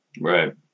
Right